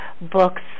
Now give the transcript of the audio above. books